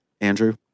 Andrew